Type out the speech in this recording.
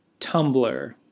Tumblr